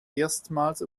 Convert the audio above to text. erstmals